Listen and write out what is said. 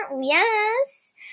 Yes